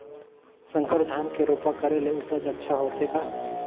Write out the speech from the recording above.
संकर धान के रोपा करे ले उपज अच्छा होथे का?